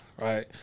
right